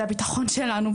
זה הבטחון שלנו.